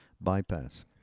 bypass